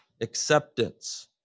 Acceptance